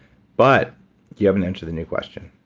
but you haven't answered the new question